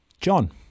John